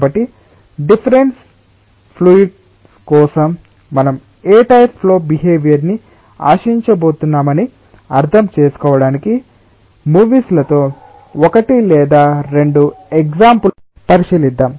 కాబట్టి different fluids కోసం మనం ఏ టైప్ ఫ్లో బిహేవియర్ ని ఆశించబోతున్నామని అర్థం చేసుకోవడానికి మూవీస్ లతో 1 లేదా 2 ఎగ్సాంపుల్ ను పరిశీలిద్దాం